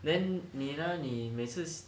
then 你呢你每次